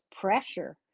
pressure